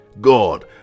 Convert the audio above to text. God